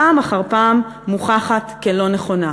פעם אחר פעם מוכחת כלא-נכונה.